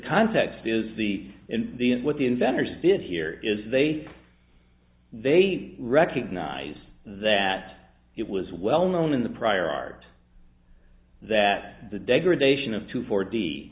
context is the in the end what the inventors did here is they they recognized that it was well known in the prior art that the degradation of two for